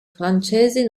francesi